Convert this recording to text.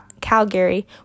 Calgary